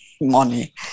money